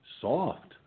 soft